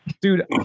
dude